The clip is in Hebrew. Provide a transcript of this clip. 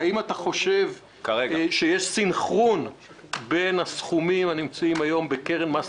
האם אתה חושב שיש סנכרון בין הסכומים הנמצאים היום בקרן מס